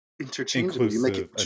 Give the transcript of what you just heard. interchangeable